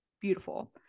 Beautiful